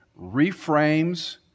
reframes